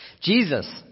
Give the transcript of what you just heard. Jesus